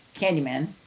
candyman